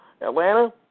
Atlanta